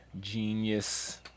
Genius